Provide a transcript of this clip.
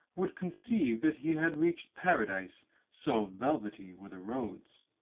would conceive that he had reached paradise, so velvety were the roads.